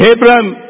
Abraham